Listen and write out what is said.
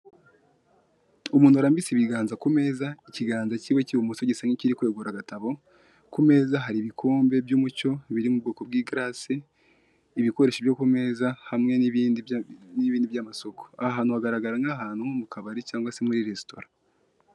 Umuntu warambitse ibiganza ku meza, ikiganza kimwe cy'ibumoso gisa nk'ikiri kwegura agatabo, ku meza hari ibikombe by'umucyo biri mu bwoko bw'igalasi, ibikoresho byo ku meza hamwe n'ibindi by'amasuku. Ahahantu hagaragara nk'ahantu ho mu kabari cyangwa se muri resitora.